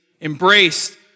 embraced